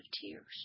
Tears